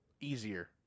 easier